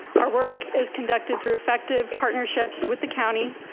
our work is conducted through effective partnerships with the county,